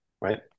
right